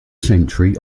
century